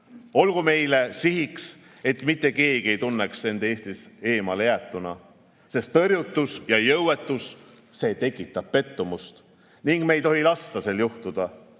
Olgu meile sihiks, et mitte keegi ei tunneks end Eestis eemalejäetuna, sest tõrjutus ja jõuetus tekitab pettumust ning me ei tohi lasta sel juhtuda.